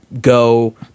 go